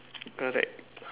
correct